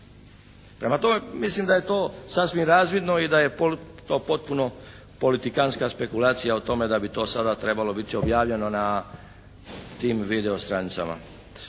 Prema tome, mislim da je to sasvim razvidno i da je to potpuno politikantska spekulacija o tome da bi to sada trebalo biti objavljeno na tim video stranicama.